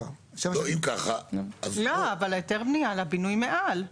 לא, אבל היתר בנייה לבינוי מעל.